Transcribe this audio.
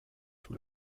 sous